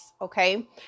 Okay